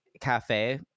Cafe